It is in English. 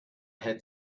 had